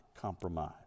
compromise